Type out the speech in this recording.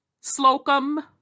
Slocum